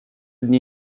dni